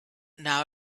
now